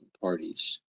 parties